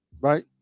right